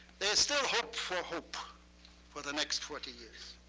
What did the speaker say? there's still hope for hope for the next forty years.